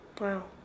Wow